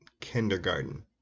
Kindergarten